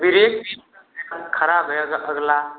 break भी खराब है अगला